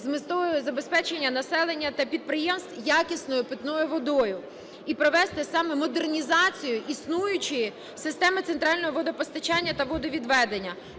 з метою забезпечення населення та підприємств якісною питною водою і провести саме модернізацію існуючої системи центрального водопостачання та водовідведення,